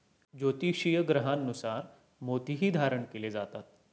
ज्योतिषीय ग्रहांनुसार मोतीही धारण केले जातात